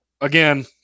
again